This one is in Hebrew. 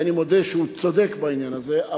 ואני מודה שהוא צודק בעניין הזה.